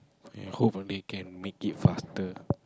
I hope they can make it faster